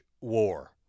war